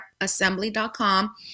assembly.com